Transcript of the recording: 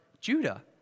Judah